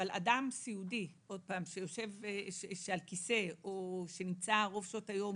אבל אדם סיעודי על כיסא, או שנמצא רוב שעות היום